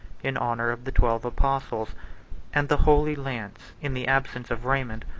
in honor of the twelve apostles and the holy lance, in the absence of raymond,